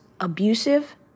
abusive